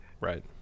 Right